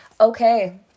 Okay